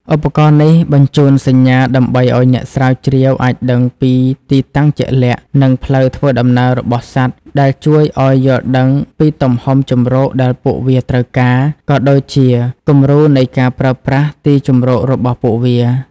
ឧបករណ៍នេះបញ្ជូនសញ្ញាដើម្បីឲ្យអ្នកស្រាវជ្រាវអាចដឹងពី ទីតាំងជាក់លាក់ និងផ្លូវធ្វើដំណើរ របស់សត្វ ដែលជួយឲ្យយល់ដឹងពីទំហំជម្រកដែលពួកវាត្រូវការ ក៏ដូចជាគំរូនៃការប្រើប្រាស់ទីជម្រករបស់ពួកវា។